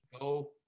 go